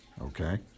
okay